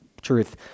truth